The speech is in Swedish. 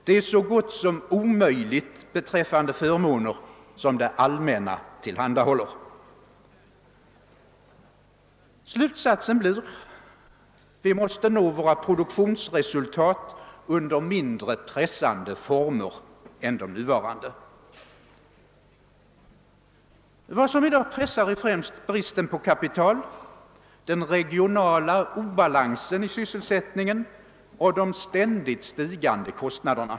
Det är så gott som omöjligt beträffande förmåner som det allmänna tillhandahåller. Slutsatsen blir den att vi måste nå våra produktionsresultat under mindre pressande former än de nuvarande. Vad som i dag pressar oss är främst bristen på kapital, den regionala obalansen i sysselsättningen och de ständigt stigande kostnaderna.